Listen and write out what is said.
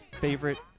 favorite